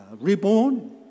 reborn